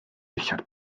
dillad